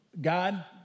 God